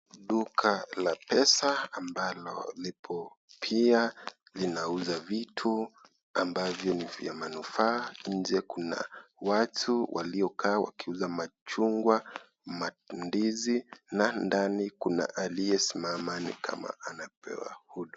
Duka la pesa ambalo lipo pia, linauza vitu ambavyo ni vya manufaa. Nje kuna watu waliokaa wakiuza machungwa, mandizi, na ndani kuna aliyesmama nikama anapewa huduma.